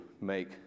make